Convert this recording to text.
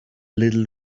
little